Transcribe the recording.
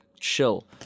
chill